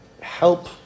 help